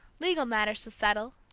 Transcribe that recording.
legal matters to settle,